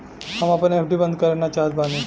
हम आपन एफ.डी बंद करना चाहत बानी